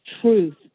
truth